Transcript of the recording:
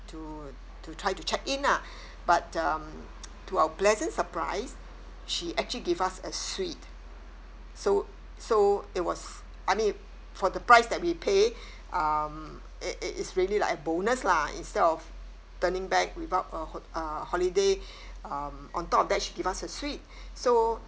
to to try to check in lah but um to our pleasant surprise she actually gave us a suite so so it was I mean for the price that we pay um it it's really like a bonus lah instead of turning back without a ho~ uh holiday um on top of that she gave us a suite so